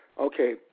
Okay